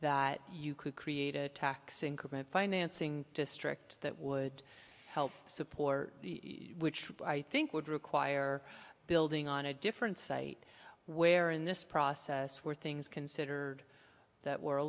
that you could create a tax increment financing district that would help support which i think would require building on a different site where in this process were things considered that were a